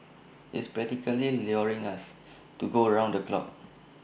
it's practically luring us to go round the clock